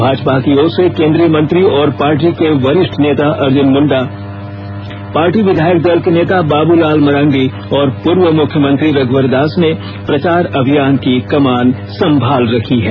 भाजपा की ओर से केंद्रीय मंत्री और पार्टी के वरिष्ठ नेता अर्जुन मुंडा पार्टी विधायक दल के नेता बाबूलाल मरांडी और पूर्व मुख्यमंत्री रघुवर दास ने प्रचार अभियान की कमान संभाल रखी है